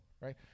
right